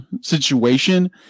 situation